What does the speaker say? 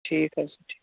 ٹھیٖک حظ چھُ